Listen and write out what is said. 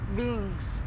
beings